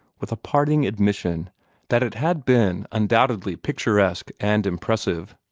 with a parting admission that it had been undoubtedly picturesque and impressive,